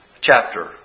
chapter